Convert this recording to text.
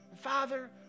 Father